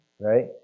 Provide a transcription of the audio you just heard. Right